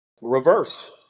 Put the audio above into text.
reverse